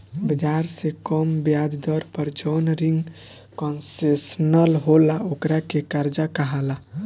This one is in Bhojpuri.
बाजार से कम ब्याज दर पर जवन रिंग कंसेशनल होला ओकरा के कर्जा कहाला